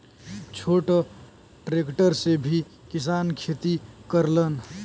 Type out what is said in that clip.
छोट ट्रेक्टर से भी किसान खेती करलन